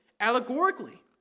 allegorically